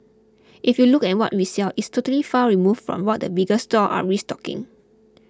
if you look at what we sell it's totally far removed from what the bigger stores are restocking